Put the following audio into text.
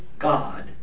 God